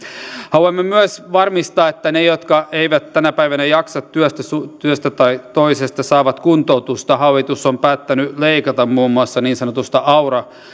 haluamme myös varmistaa että he jotka eivät tänä päivänä jaksa syystä tai toisesta saavat kuntoutusta hallitus on päättänyt leikata muun muassa niin sanotusta aura